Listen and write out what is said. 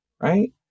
right